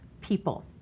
people